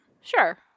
Sure